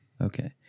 Okay